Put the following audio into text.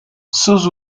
sus